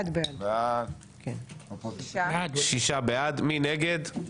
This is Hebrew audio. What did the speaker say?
הצבעה בעד, 6 נגד, 9 6 בעד, 9 נגד.